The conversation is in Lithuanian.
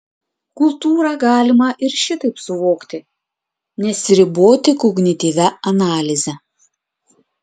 kultūrą galima ir šitaip suvokti nesiriboti kognityvia analize